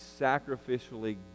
sacrificially